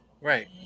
Right